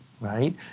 right